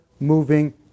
moving